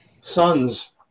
Sons